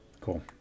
Cool